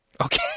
Okay